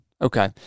Okay